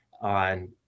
on